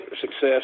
success